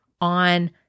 on